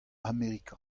amerika